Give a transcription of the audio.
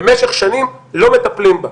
במשך שנים לא מטפלים בה,